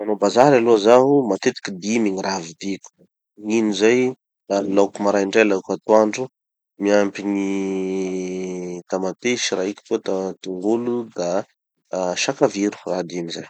Manao bazary aloha zaho, matetiky dimy gny raha vidiko. Gn'ino zay, da gny laoky maraindray, laoky atoandro, miampy gny tamatesy raiky koa da tongolo da sakaviro. Raha dimy zay.